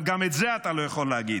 אבל גם את זה אתה לא יכול להגיד.